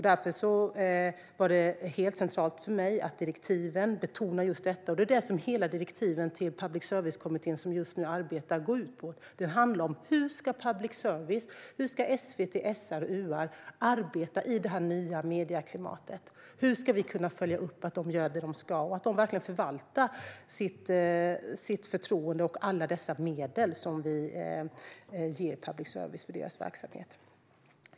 Därför var det helt centralt för mig att direktiven ska betona just detta, och det är det som direktiven till Public service-kommittén som just nu arbetar med detta går ut på. De handlar om hur public service - SVT, SR och UR - ska arbeta i det här nya medieklimatet. Hur ska vi kunna följa upp att de gör det de ska och att de verkligen förvaltar sitt förtroende och alla dessa medel som vi ger public service-bolagen för deras verksamhet?